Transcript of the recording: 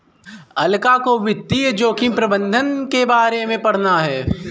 अलका को वित्तीय जोखिम प्रबंधन के बारे में पढ़ना है